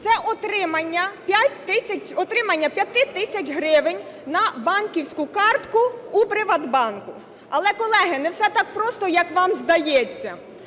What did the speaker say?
Це отримання 5 тисяч гривень на банківську картку у "ПриватБанку". Але, колеги, не все так просто, як вам здається.